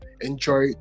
enjoy